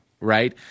right